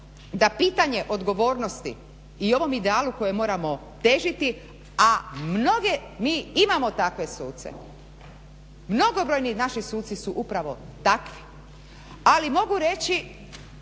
da pitanje odgovornosti i ovom idealu kojem moramo težiti a mnoge mi imamo takve suce, mnogobrojni naši suci su upravo takvi ali mogu reći